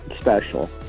special